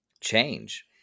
change